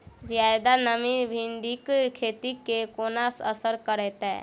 जियादा नमी भिंडीक खेती केँ कोना असर करतै?